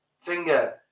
Finger